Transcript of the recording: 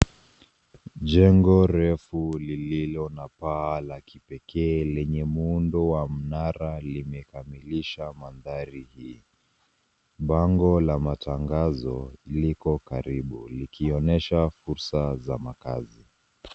Jengo refu Lililo na paa la kipekee Lenye muundo wa mnara limekamilisha mandhari hii. Bango la matangazo liko karibu likionyesha fursa za makazi.